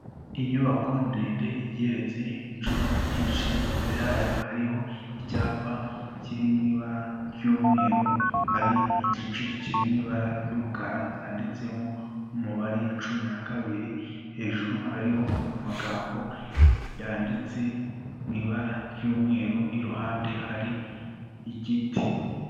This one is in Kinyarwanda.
Inyubako ndende igeretse inshuro nyinshi, imbere yayo hariho icyapa kiri mu ibara ry'umweru, hari igice kiri mu ibara ry'umukara cyanditsemo umubare cumi na kabiri, hejuru hariho amagambo yanditse mu ibara ry'umweru, iruhande hari igiti.